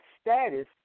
status